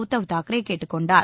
உத்தவ் தாக்கரே கேட்டுக் கொண்டார்